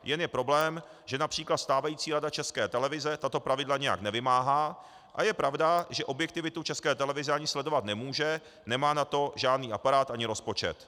Jen je problém, že např. stávající Rada České televize tato pravidla nijak nevymáhá, a je pravda, že objektivitu České televize ani sledovat nemůže, nemá na to žádný aparát ani rozpočet.